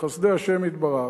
בחסדי השם יתברך,